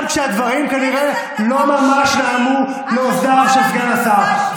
גם כשהדברים כנראה לא ממש נעמו לאוזניו של סגן השר.